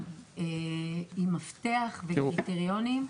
עם מפתח וקריטריונים.